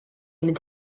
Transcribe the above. mynd